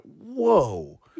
whoa